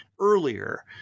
earlier